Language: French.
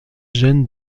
jeune